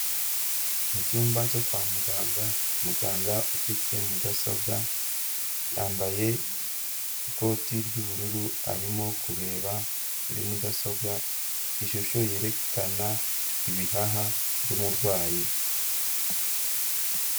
Mu cyumba cyo kwa muganga. Muganga ufite mudasobwa yambaye ikoti ry'ubururu arimo kureba kuri mudasobwa ishusho yerekana ibihaha by'umurwayi.